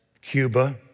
Cuba